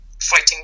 fighting